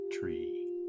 tree